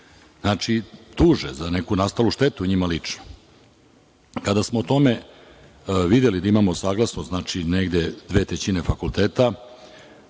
i tuže za neku nastalu štetu njima lično. Kada smo u tome videli da imamo saglasnost negde dve trećine fakulteta,